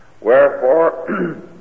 Wherefore